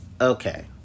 okay